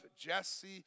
Jesse